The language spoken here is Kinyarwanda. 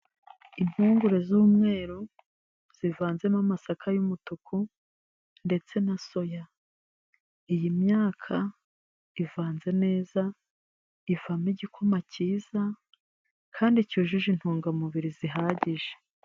Impungure z'umweru zivanzemo amasaka y'umutuku ndetse na soya, iyi myaka ivanze neza, ivamo igikoma cyiza, kandi cyujuje intungamubiri zihagije.